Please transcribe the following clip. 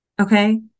Okay